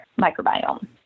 microbiome